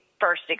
first